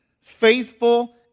faithful